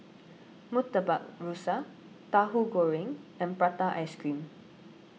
Murtabak Rusa Tahu Goreng and Prata Ice Cream